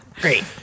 Great